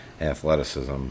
athleticism